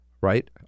right